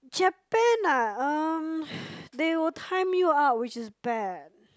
Japan ah um they will time you out which is bad